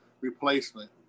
replacement